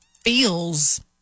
feels